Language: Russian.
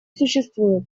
существует